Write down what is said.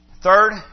Third